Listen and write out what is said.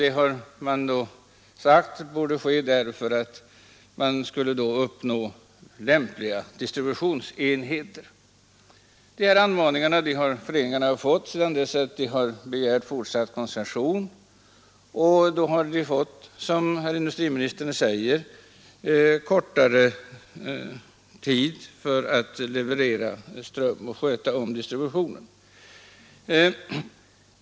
Det har sagts att det borde ske därför att man då skulle uppnå lämpliga distributionsenheter. De här anmaningarna har föreningarna fått när de begärt fortsatt koncession, och då har de, som herr industriministern säger, fått tillstånd att ytterligare en kort tid sköta om eldistributionen.